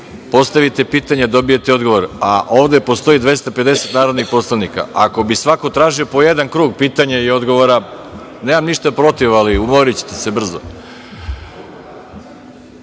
Postavite pitanje, dobijete odgovor. Ovde postoji 250 narodnih poslanika, ako bi svako tražio po jedan krug pitanja i odgovora, nemam ništa protiv, ali, umorićete se brzo. Reč